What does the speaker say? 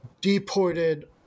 Deported